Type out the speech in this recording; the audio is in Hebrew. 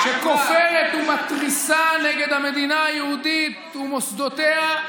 שכופרת ומתריסה נגד המדינה היהודית ומוסדותיה,